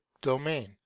domain